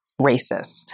racist